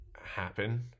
happen